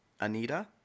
Anita